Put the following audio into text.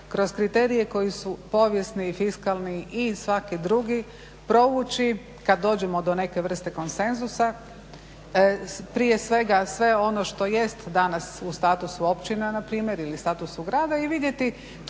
kroz kriterije koji su povijesni i fiskalni i svaki drugi provući kad dođemo do neke vrste konsenzusa, prije svega sve ono što jest danas u statusu općina npr., ili statusu grada i vidjeti